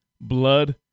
blood